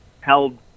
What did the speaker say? held